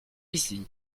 ici